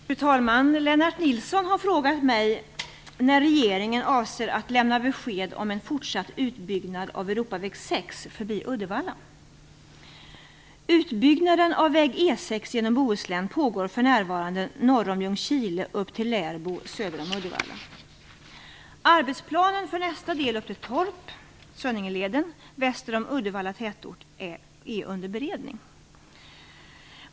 Fru talman! Lennart Nilsson har frågat mig när regeringen avser att lämna besked om en fortsatt utbyggnad av Europaväg 6 förbi Uddevalla. Utbyggnaden av väg E 6 genom Bohuslän pågår för närvarande norr om Ljungskile upp till Lerbo söder om Uddevalla. Arbetsplanen för nästa del upp till Torp, Sunningeleden, väster om Uddevalla tätort är under beredning.